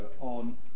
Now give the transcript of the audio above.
on